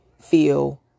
feel